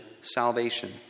salvation